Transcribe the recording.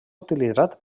utilitzat